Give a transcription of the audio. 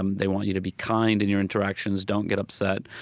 um they want you to be kind in your interactions. don't get upset.